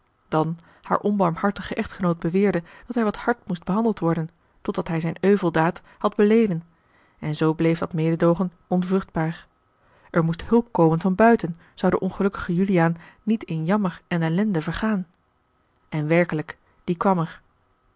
dan haar onbarmhartige echtgenoot beweerde dat hij wat hard moest behandeld worden totdat hij zijne euveldaad had beleden en zoo bleef dat mededoogen onvruchtbaar er moest hulp komen van buiten zou de ongelukkige juliaan niet in jammer en ellende vergaan en werkelijk die kwam er